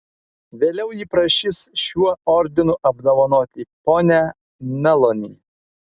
vėliau ji prašys šiuo ordinu apdovanoti ponią meloni